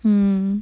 mm